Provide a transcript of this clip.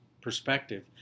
perspective